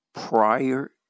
prior